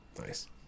Nice